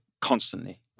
constantly